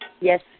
Yes